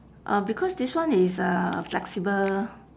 uh because this one is uh flexible